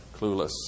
clueless